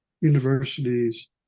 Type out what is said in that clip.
universities